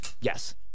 Yes